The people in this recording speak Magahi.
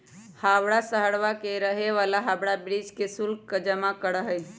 हवाड़ा शहरवा के रहे वाला हावड़ा ब्रिज के शुल्क जमा करा हई